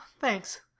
thanks